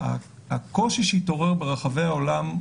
הקושי שהתעורר ברחבי העולם,